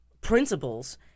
principles